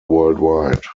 worldwide